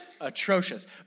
atrocious